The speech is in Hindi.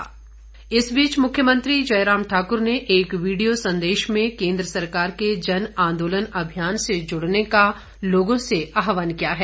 मुख्यमंत्री इस बीच मुख्यमंत्री जयराम ठाक्र ने एक वीडियो संदेश में केंद्र सरकार के जन आंदोलन अभियान से जुड़ने का लोगों से आहवान किया है